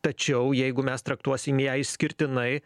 tačiau jeigu mes traktuosim ją išskirtinai